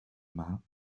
main